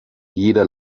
jeder